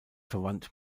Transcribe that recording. verwandt